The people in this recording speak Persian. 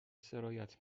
سرایت